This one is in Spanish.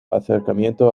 acercamiento